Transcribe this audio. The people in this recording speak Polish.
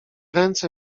ręce